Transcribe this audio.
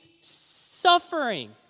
suffering